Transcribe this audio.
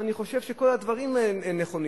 ואני חושב שכל הדברים נכונים.